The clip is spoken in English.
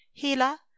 Gila